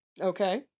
Okay